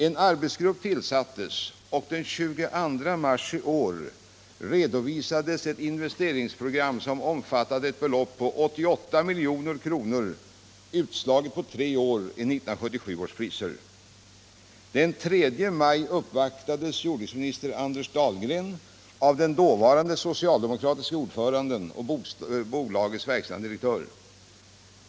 En arbetsgrupp tillsattes, och den 22 mars i år redovisades ett investeringsprogram på 88 milj.kr. utslaget på tre år, i 1977 års priser. Den 3 maj uppvaktades jordbruksministern Anders Dahlgren av den dåvarande socialdemokratiske ordföranden och bolagets verkställande direktör.